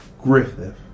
Griffith